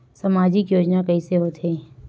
सामजिक योजना कइसे होथे?